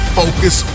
focus